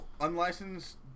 Unlicensed